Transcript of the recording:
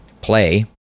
play